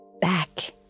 Back